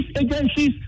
agencies